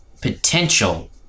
potential